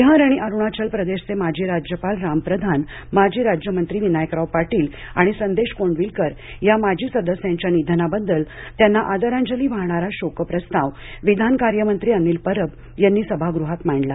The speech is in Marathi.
बिहार आणि अरुणाचल प्रदेशचे माजी राज्यपाल रामप्रधान माजी राज्यमंत्री विनायकराव पाटील आणि संदेश कोंडविलकर या माजी सदस्यांच्या निधनाबद्दल त्यांना आदरांजली वाहणारा शोकप्रस्ताव विधानकार्यमंत्री अनिलपरब यांनी सभागृहात मांडला